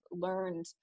learned